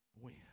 win